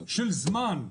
של זמן,